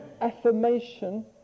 affirmation